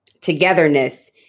togetherness